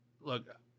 look